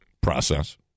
process